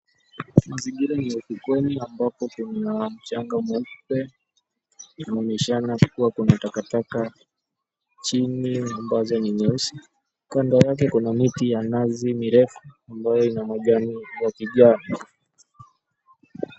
Mazingira ni ya ufukweni ambapo kuna mchanga mweupe na kunaishara kuna takataka chini ya karatasi meusi kando yake kuna miti ya nazi mirefu ambayo ina majani ya kijani.